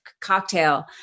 cocktail